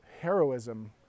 heroism